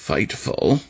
Fightful